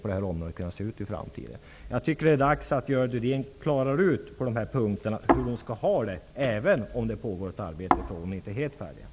Jag tycker att det är dags att Görel Thurdin klarar ut hur hon skall ha det på dessa punkter, även om det arbete som pågår inte är helt färdigt.